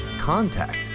contact